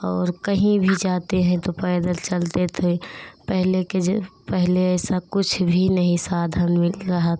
और कहीं भी जाते हैं तो पैदल चलते थे पहले के जो पहले ऐसा कुछ भी नहीं साधन मिल रहा